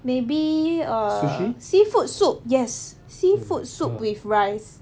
maybe err seafood soup yes seafood soup with rice